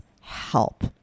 help